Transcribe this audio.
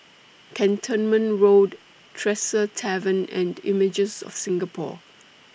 Cantonment Road Tresor Tavern and Images of Singapore